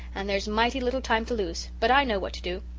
and there's mighty little time to lose but i know what to do.